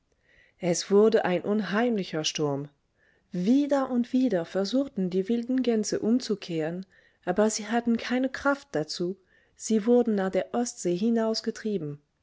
es wurde ein unheimlicher sturm wieder und wieder versuchten die wilden gänse umzukehren aber sie hatten keine kraft dazu sie wurden nach der ostseehinausgetrieben